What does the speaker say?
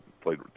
played